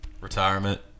retirement